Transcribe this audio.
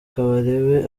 kabarebe